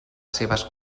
seves